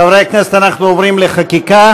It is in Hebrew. חברי הכנסת, אנחנו עוברים לחקיקה.